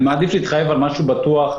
אני מעדיף להתחייב על משהו בטוח,